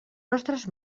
nostres